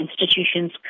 institutions